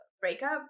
breakup